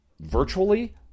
virtually